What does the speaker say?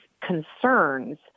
concerns